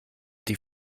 die